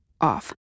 off